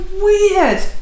weird